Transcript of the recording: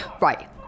right